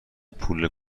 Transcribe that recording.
پول